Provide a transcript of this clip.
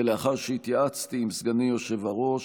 ולאחר שהתייעצתי עם סגני היושב-ראש,